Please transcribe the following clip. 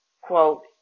Quote